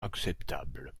acceptable